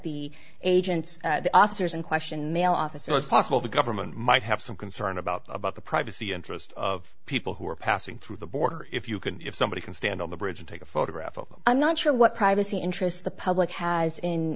the agents the officers in question male officer it's possible the government might have some concern about about the privacy interest of people who are passing through the border if you can if somebody can stand on the bridge and take a photograph i'm not sure what privacy interest the public has in